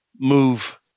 move